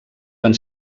van